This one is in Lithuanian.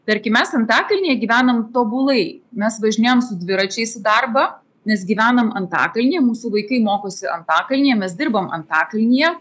tarkim mes antakalnyje gyvenam tobulai mes važinėjam su dviračiais į darbą nes gyvename antakalnyje mūsų vaikai mokosi antakalnyje mes dirbom antakalnyje